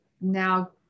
now